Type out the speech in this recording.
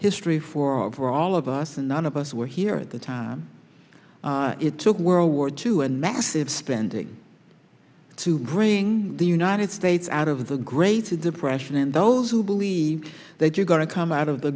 history for all of us and none of us were here at the time it took world war two and massive spending to bring the united states out of the great depression and those who believe that you're going to come out of the